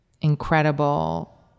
incredible